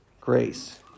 grace